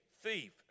Thief